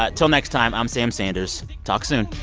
but till next time, i'm sam sanders. talk soon.